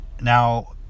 Now